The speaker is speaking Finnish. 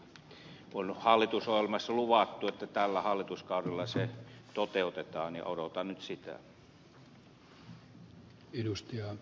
sekin on hallitusohjelmassa luvattu että tällä hallituskaudella se toteutetaan ja odotan nyt sitä